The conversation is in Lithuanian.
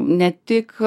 ne tik